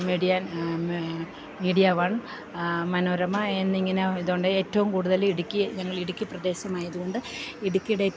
median media one Manorama എന്നിങ്ങനെ ഇതൊണ്ട് ഏറ്റവും കൂടുതൽ ഇടുക്കിയെ ഞങ്ങൾ ഇടുക്കി പ്രദേശമായതു കൊണ്ട് ഇടുക്കിടെ